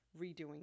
redoing